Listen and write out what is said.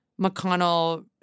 McConnell